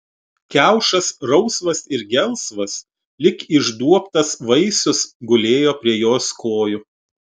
kiaušas rausvas ir gelsvas lyg išduobtas vaisius gulėjo prie jos kojų